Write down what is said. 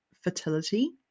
fertility